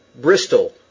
Bristol